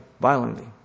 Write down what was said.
violently